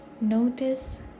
notice